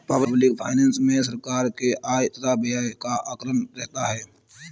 public finance मे सरकार के आय तथा व्यय का आकलन रहता है